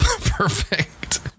Perfect